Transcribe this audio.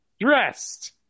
Dressed